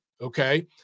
Okay